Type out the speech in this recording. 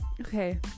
Okay